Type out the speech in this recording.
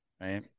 right